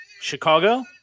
Chicago